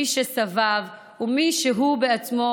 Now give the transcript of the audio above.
מי שסביו ומי שהוא בעצמו,